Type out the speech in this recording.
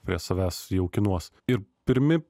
prie savęs jaukinuos ir pirmi